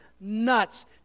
nuts